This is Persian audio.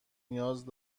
نیاز